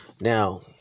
now